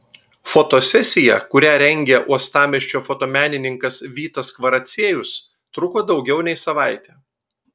fotosesija kurią rengė uostamiesčio fotomenininkas vytas kvaraciejus truko daugiau nei savaitę